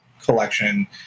collection